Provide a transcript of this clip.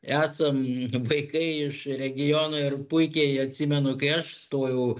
esam vaikai iš regionų ir puikiai atsimenu kai aš stojau